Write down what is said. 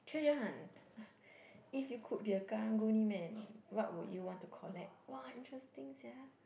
treasure hunt if you could be a karang-guni man what would you want to collect !wah! interesting sia